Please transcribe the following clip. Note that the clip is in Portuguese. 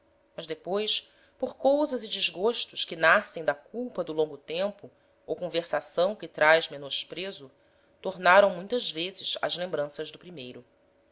mas depois por cousas e desgostos que nascem da culpa do longo tempo ou conversação que traz menospreso tornaram muitas vezes ás lembranças do primeiro